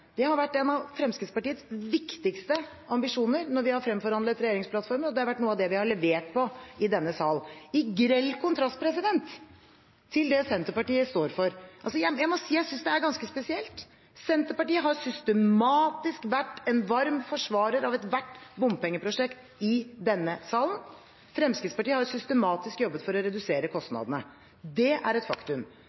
Det har vært en av Fremskrittspartiets viktigste ambisjoner når vi har fremforhandlet regjeringsplattformer, og det er noe av det vi har levert på i denne sal, i grell kontrast til det Senterpartiet står for. Jeg må si jeg synes det er ganske spesielt. Senterpartiet har i denne salen systematisk vært en varm forsvarer av ethvert bompengeprosjekt, Fremskrittspartiet har systematisk jobbet for å redusere kostnadene. Det er et faktum.